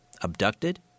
abducted